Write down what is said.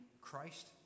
Christ